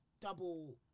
double